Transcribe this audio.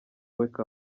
wake